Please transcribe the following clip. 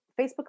Facebook